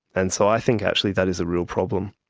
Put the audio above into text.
and so i think actually that is a real problem.